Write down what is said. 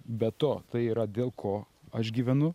be to tai yra dėl ko aš gyvenu